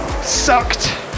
sucked